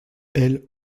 elle